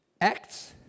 Acts